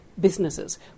businesses